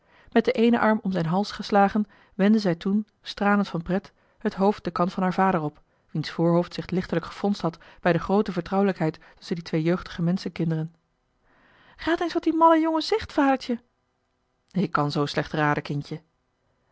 met den eenen arm om zijn hals geslagen wendde zij toen stralende van pret het hoofd den kant van haar vader op wiens voorhoofd zich lichtelijk gefronst had bij de groote vertrouwelijkheid tusschen die twee jeugdige menschenkinderen raad eens wat die malle jongen zegt vadertje ik kan zoo slecht raden kindje